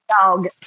dog